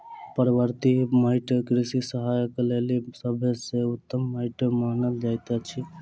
पर्वतीय माइट कृषि कार्यक लेल सभ सॅ उत्तम माइट मानल जाइत अछि